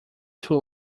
too